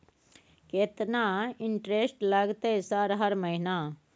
केतना इंटेरेस्ट लगतै सर हर महीना?